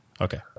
Okay